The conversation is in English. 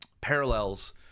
parallels